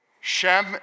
Shem